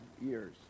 years